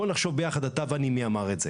בוא נחשוב אתה ואני מי אמר את זה